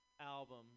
album